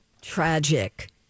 tragic